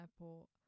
airport